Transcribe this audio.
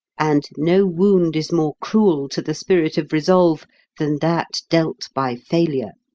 and no wound is more cruel to the spirit of resolve than that dealt by failure.